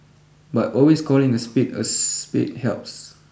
but always calling a spade a spade helps